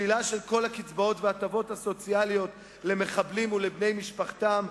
שלילה של כל הקצבאות וההטבות הסוציאליות למחבלים ולבני משפחותיהם,